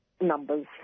numbers